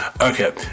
Okay